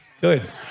Good